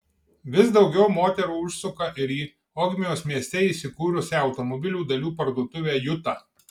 vis daugiau moterų užsuka ir į ogmios mieste įsikūrusią automobilių dalių parduotuvę juta